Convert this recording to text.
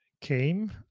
came